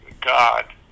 God